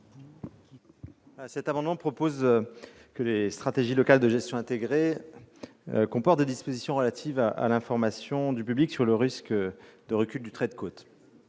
Cet amendement tend à ce que les stratégies locales de gestion intégrée comportent des dispositions relatives à l'information du public sur le risque de recul du trait de côte.